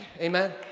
Amen